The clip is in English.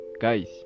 guys